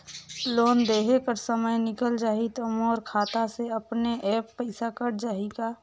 Loan देहे कर समय निकल जाही तो मोर खाता से अपने एप्प पइसा कट जाही का?